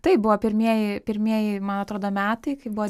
tai buvo pirmieji pirmieji man atrodo metai kai buvo